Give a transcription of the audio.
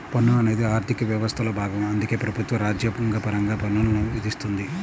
పన్ను అనేది ఆర్థిక వ్యవస్థలో భాగం అందుకే ప్రభుత్వం రాజ్యాంగపరంగా పన్నుల్ని విధిస్తుంది